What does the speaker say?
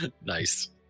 Nice